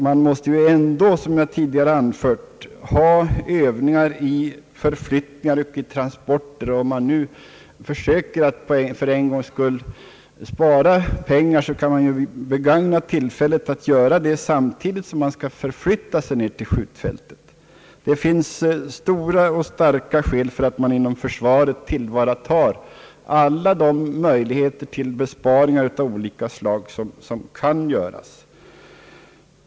Man måste ändå, som jag tidigare sagt, ha Övningar i förflyttningar och transporter. Om man nu försöker att för en gångs skull spara pengar, så kan man begagna tillfället att göra det samtidigt som man övar transport till skjutfältet. Det finns starka skäl för att försvaret tillvaratar alla de möjligheter till besparingar som står till buds.